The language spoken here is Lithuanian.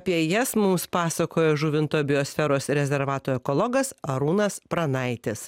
apie jas mums pasakojo žuvinto biosferos rezervato ekologas arūnas pranaitis